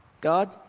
God